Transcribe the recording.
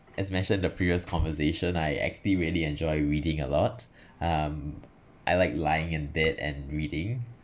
as mentioned the previous conversation I actually very enjoy reading a lot um I like lying in bed and reading